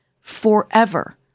forever